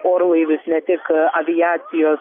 orlaivius ne tik aviacijos